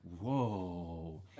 Whoa